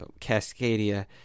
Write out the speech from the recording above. Cascadia